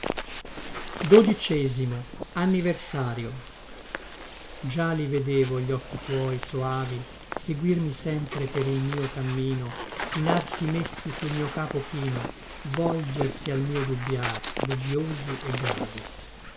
eternamente uguale già li vedevo gli occhi tuoi soavi seguirmi sempre per il mio cammino chinarsi mesti sul mio capo chino volgersi al mio dubbiar dubbiosi e gravi